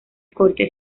corte